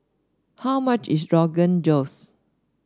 how much is Rogan Josh